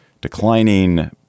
declining